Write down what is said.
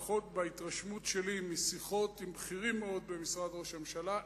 לפחות בהתרשמות שלי משיחות עם בכירים מאוד במשרד ראש הממשלה,